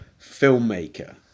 filmmaker